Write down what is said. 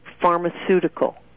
pharmaceutical